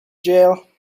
jail